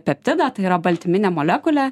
peptidą tai yra baltyminę molekulę